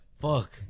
Fuck